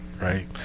right